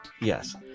yes